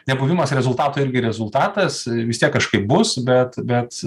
nebuvimas rezultato irgi rezultatas vis tiek kažkaip bus bet bet